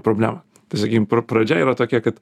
problemą tai sakykim pra pradžia yra tokia kad